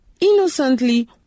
innocently